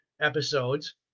episodes